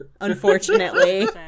Unfortunately